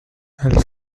elle